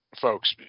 folks